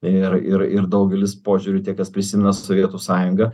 ir ir ir daugelis požiūriu tie kas prisimena sovietų sąjungą